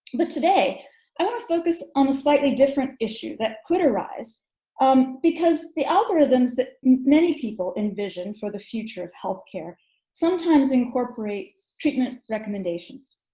but today i want to focus on a slightly different issue that could arise um because the algorithms that many people envision for the future of healthcare sometimes incorporate treatment recommendations,